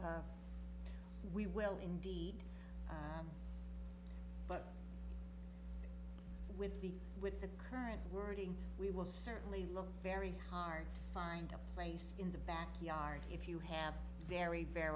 that we will indeed but with the with the current wording we will certainly look very hard find a place in the back yard if you have very very